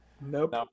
Nope